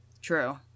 True